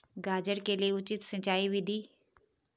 गाजर के लिए उचित सिंचाई विधि?